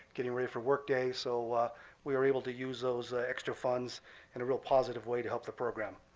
getting ready for work day. so we were able to use those ah extra funds in a real positive way to help the program.